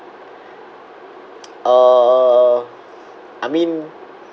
uh I mean